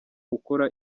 ukora